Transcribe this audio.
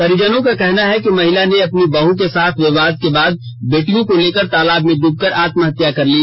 परिजनों का कहना है कि महिला ने अपनी बहू के साथ विवाद के बाद बेटियों को लेकर तालाब में ड्रबकर आत्महत्या कर ली